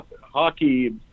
hockey